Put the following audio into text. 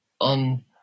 on